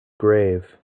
grave